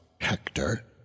Hector